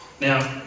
Now